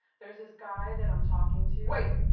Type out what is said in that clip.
there's this guy that i'm talking to wait.